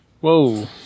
Whoa